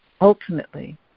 Ultimately